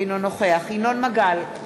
אינו נוכח ינון מגל,